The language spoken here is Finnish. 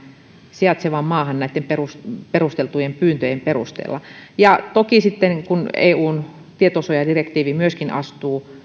sijaitsevaan maahan näitten perusteltujen perusteltujen pyyntöjen perusteella toki kun myöskin eun tietosuojadirektiivi astuu